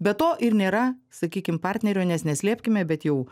be to ir nėra sakykim partnerio nes neslėpkime bet jau